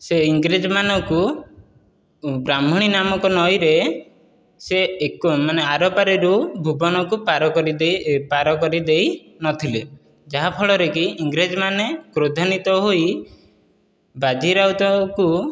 ସେ ଇଂରେଜ ମାନଙ୍କୁ ବ୍ରାହ୍ମଣୀ ନାମକ ନଈରେ ସେ ଏକ ମାନେ ଆର ପାରିରୁ ଭୁବନକୁ ପାର କରିଦେଇ ନଥିଲେ ଯାହା ଫଳରେ କି ଇଂରେଜ ମାନେ କ୍ରୋଧାନ୍ୱିତ ହୋଇ ବାଜି ରାଉତକୁ